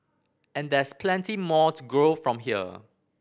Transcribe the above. and there's plenty more to grow from here